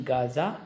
Gaza